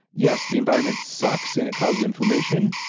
yes, the environment sucks and it causes inflammation,